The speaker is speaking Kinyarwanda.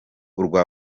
urwa